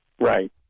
Right